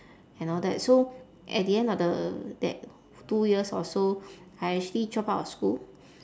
and all that so at the end of the that two years or so I actually drop out of school